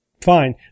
fine